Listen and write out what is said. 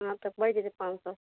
हँ तऽ बैठ जेतै पाॅंच सए